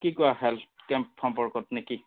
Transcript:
কি কোৱা health camp সম্পৰ্কত নেকি